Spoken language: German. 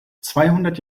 zweihundert